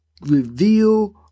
reveal